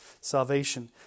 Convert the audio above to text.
salvation